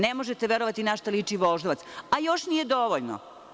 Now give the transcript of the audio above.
Ne možete verovati na šta liči Voždovac, a još nije dovoljno.